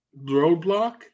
roadblock